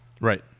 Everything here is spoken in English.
Right